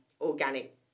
Organic